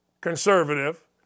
conservative